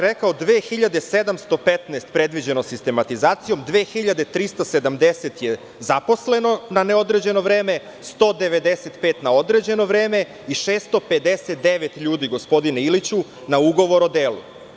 Rekao bih 2.715, predviđeno sistematizacijom, 2.370 je zaposleno na neodređeno vreme, 195 na određeno vreme i 659 ljudi na ugovor o delu.